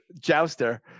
jouster